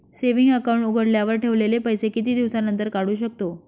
Saving account उघडल्यावर ठेवलेले पैसे किती दिवसानंतर काढू शकतो?